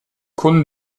kunden